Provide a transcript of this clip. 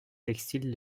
textile